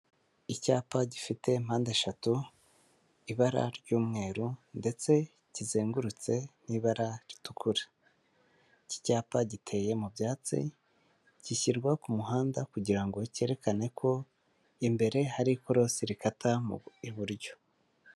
Icyapa gifite mpande eshatu, ibara ry'umweru ndetse kizengurutse nk'ibara ritukura, iki cyapa giteye mu byatsi, gishyirwa ku muhanda kugira ngo cyerekane ko imbere hari ikorosi rikata mu iburyo.